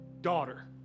daughter